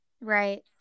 Right